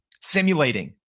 simulating